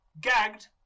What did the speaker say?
gagged